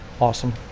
awesome